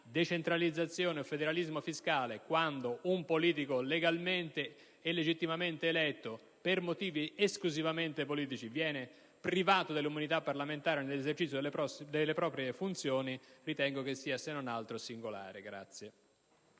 decentralizzazione o federalismo fiscale quando un politico, legalmente e legittimamente eletto, per motivi esclusivamente politici viene privato della immunità parlamentare nell'esercizio delle proprie funzioni. **Sull'applicazione della Sharia